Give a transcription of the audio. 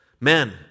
men